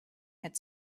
had